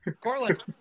Corlin